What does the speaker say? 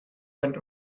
went